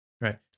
Right